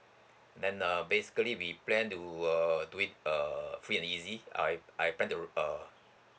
then uh basically we plan to uh do it a free and easy I I plan to uh